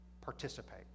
participate